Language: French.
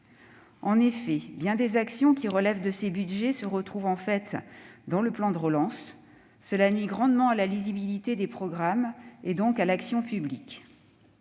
: bien des actions qui relèvent de ces budgets se retrouvent, en fait, dans le plan de relance. Cela nuit grandement à la lisibilité des programmes, et donc à l'action publique.